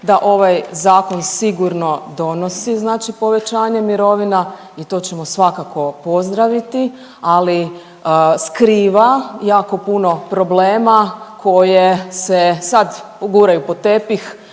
da ovaj zakon sigurno donosi, znači povećanje mirovina i to ćemo svakako pozdraviti. Ali skriva jako puno problema koje se sad guraju pod tepih